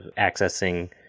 accessing